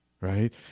Right